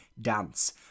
dance